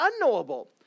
unknowable